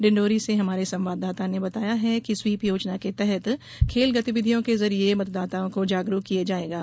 डिंडौरी से हमारे संवाददाता ने बताया है कि स्वीप योजना के तहत खेल गतिविधियों के जरिए मतदाताओं को जागरूक किये जायेंगे